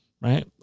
Right